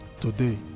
today